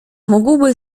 mógłby